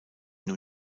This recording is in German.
new